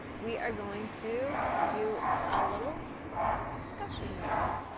we are going to, do a little class discussion right now.